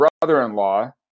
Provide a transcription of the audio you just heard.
brother-in-law